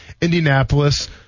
Indianapolis